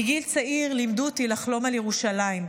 מגיל צעיר לימדו אותי לחלום על ירושלים.